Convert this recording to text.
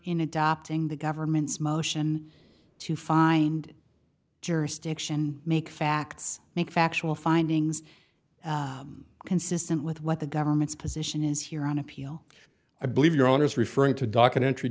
in adopting the government's motion to find jurisdiction make facts make factual findings consistent with what the government's position is here on appeal i believe your honor is referring to documentary